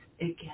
again